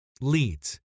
leads